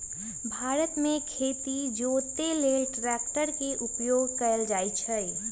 भारत मे खेती जोते लेल ट्रैक्टर के उपयोग कएल जाइ छइ